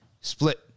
split